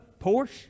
Porsche